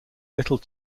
little